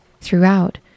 Throughout